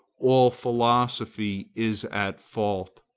all philosophy is at fault.